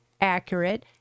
accurate